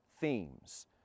themes